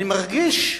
אני מרגיש,